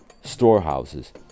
storehouses